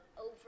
over